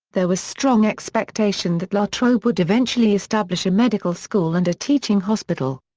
there was strong expectation that la trobe would eventually establish a medical school and a teaching hospital.